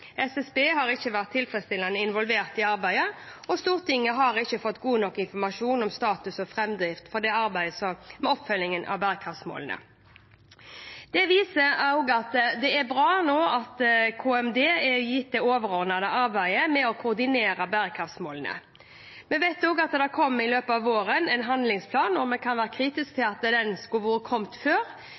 SSB har ikke vært tilfredsstillende involvert i arbeidet, og Stortinget har ikke fått god nok informasjon om status og framdrift i arbeidet med oppfølgingen av bærekraftsmålene. Det viser at det er bra at Kommunal- og moderniseringsdepartementet, KMD, nå er gitt det overordnede arbeidet med å koordinere bærekraftsmålene. Vi vet at det i løpet av våren kommer en handlingsplan. Vi kan være kritiske og mene at den skulle kommet før,